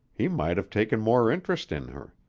he might have taken more interest in her.